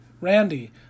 Randy